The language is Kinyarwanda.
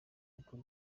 bukwe